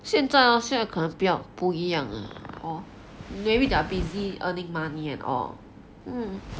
现在 lor 现在可能比较不一样 hor maybe they're busy earning money and all mm